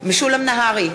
משולם נהרי,